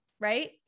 right